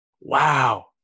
Wow